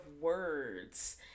words